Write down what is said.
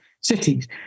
cities